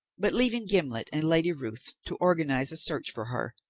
but leaving gimblet and lady ruth to organize a search for her,